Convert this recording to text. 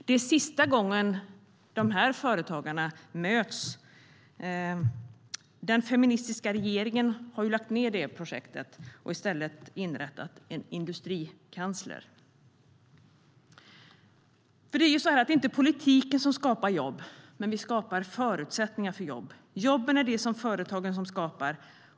Det är sista gången dessa företagare möts. Den feministiska regeringen har lagt ned projektet och i stället inrättat en industrikansler. Det är inte politiken som skapar jobb, men politiken skapar förutsättningar för jobb. Företagen skapar jobben.